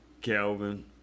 Calvin